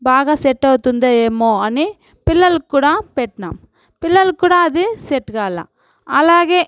వాళ్లకన్నా బాగా సెట్ అవుతుందో ఏమో అని పిల్లలక్కూడా పెట్టినాము పిల్లలక్కూడా అది సెట్ కాలే అలాగే